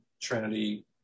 Trinity